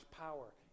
power